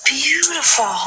beautiful